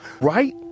right